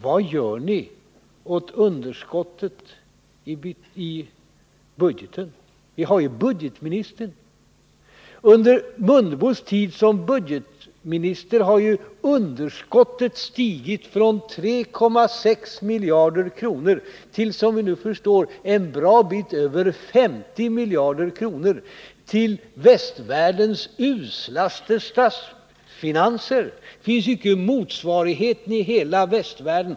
Vad gör ni åt underskottet i budgeten? Under Ingemar Mundebos tid som budgetminister har underskottet stigit från 3,6 miljarder kronor till, som vi nu förstår, en bra bit över 50 miljarder kronor. Det har blivit västvärldens uslaste statsfinanser — det finns inte någon motsvarighet i hela västvärlden.